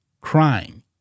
crying